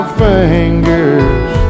fingers